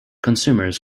consumers